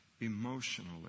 emotionally